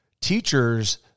teachers